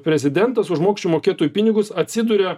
prezidentas už mokesčių mokėtojų pinigus atsiduria